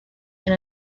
and